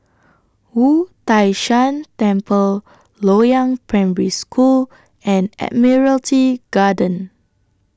Wu Tai Shan Temple Loyang Primary School and Admiralty Garden